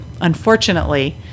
unfortunately